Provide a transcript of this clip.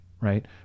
right